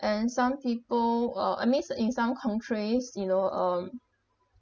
and some people are I means in some countries you know um